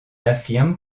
affirme